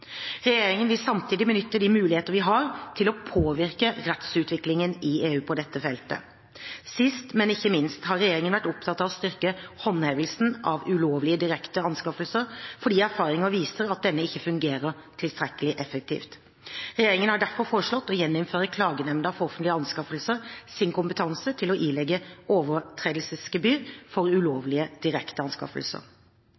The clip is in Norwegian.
Regjeringen vil samtidig benytte de mulighetene vi har til å påvirke rettsutviklingen i EU på dette feltet. Sist, men ikke minst har regjeringen vært opptatt av å styrke håndhevelsen av ulovlige direkte anskaffelser fordi erfaringer viser at denne ikke fungerer tilstrekkelig effektivt. Regjeringen har derfor foreslått å gjeninnføre klagenemnda for offentlige anskaffelser sin kompetanse til å ilegge overtredelsesgebyr